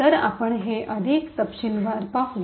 तर आपण हे अधिक तपशीलवार पाहू